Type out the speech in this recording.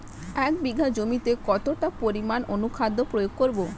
এক বিঘা জমিতে কতটা পরিমাণ অনুখাদ্য প্রয়োগ করব?